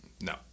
no